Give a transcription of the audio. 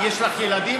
יש לך ילדים.